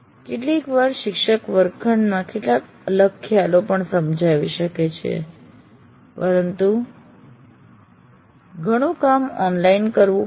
કેટલીકવાર શિક્ષક વર્ગખંડમાં કેટલાક અલગ ખ્યાલો પણ સમજાવી શકે છે પરંતુ ઘણું કામ ઓનલાઈન કરવું પડશે